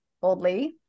boldly